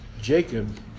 Jacob